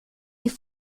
die